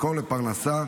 מקור לפרנסה,